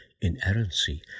inerrancy